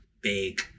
big